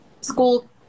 school